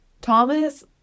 Thomas